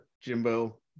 jimbo